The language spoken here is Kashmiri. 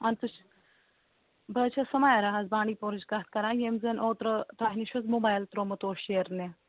بہٕ حظ چھَس سُمیارہ حظ بانٛڈی پوٗرٕہچ کَتھ کران یٔمۍ زَنہٕ اوٚترٕ تۄہہِ نِش حظ موبایِل تراومُت اوس شیٚرنہِ